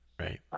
Right